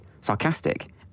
sarcastic